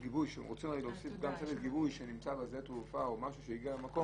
רוצים הרי להוסיף גם צוות גיבוי שנמצא בשדה תעופה או הגיע למקום,